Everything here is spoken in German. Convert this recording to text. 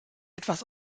etwas